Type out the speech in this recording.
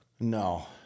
No